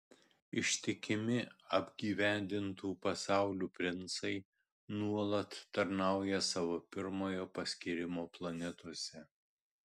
ištikimi apgyvendintų pasaulių princai nuolat tarnauja savo pirmojo paskyrimo planetose